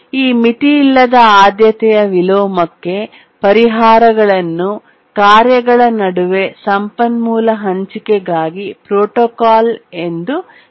ಈ ಮಿತಿಯಿಲ್ಲದ ಆದ್ಯತೆಯ ವಿಲೋಮಕ್ಕೆ ಪರಿಹಾರಗಳನ್ನು ಕಾರ್ಯಗಳ ನಡುವೆ ಸಂಪನ್ಮೂಲ ಹಂಚಿಕೆಗಾಗಿ ಪ್ರೋಟೋಕಾಲ್ ಎಂದು ಕರೆಯಲಾಗುತ್ತದೆ